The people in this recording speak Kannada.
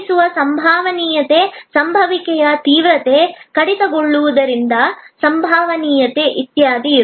ಸಂಭವಿಸುವ ಸಂಭವನೀಯತೆ ಸಂಭವಿಸುವಿಕೆಯ ತೀವ್ರತೆ ಕಡಿತಗೊಳಿಸದಿರುವ ಸಂಭವನೀಯತೆ ಇತ್ಯಾದಿ